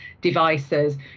devices